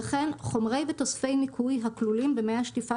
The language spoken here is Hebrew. וכן חומרי ותוספי ניקוי הכלולים במי השטיפה